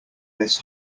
this